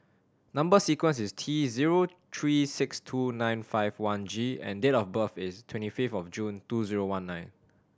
number sequence is T zero three six two nine five one G and date of birth is twenty fifth of June two zero one nine